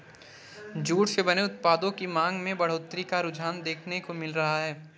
jute से बने उत्पादों की मांग में बढ़ोत्तरी का रुझान देखने को मिल रहा है